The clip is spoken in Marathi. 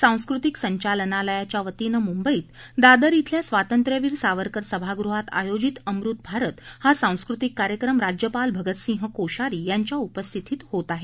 सांस्कृतिक संचालनालयाच्या वतीनं मुंबईत दादर शिल्या स्वातंत्र्यवीर सावरकर सभागृहात आयोजित अमृत भारत हा सांस्कृतिक कार्यक्रम राज्यपाल भगतसिंह कोश्यारी उपस्थित होत आहे